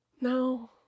no